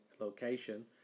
location